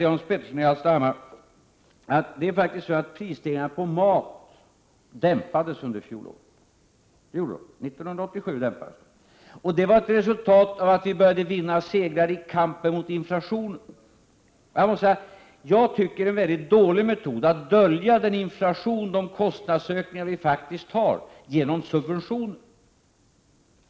Så vill jag säga till Hans Petersson i Hallstahammar att prisstegringarna på mat faktiskt dämpades i fjol. Det var ett resultat av att vi började vinna segrar i kampen mot inflationen. Det är en väldigt dålig metod att dölja de kostnadsökningar vi faktiskt har genom att införa subventioner.